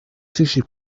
sushi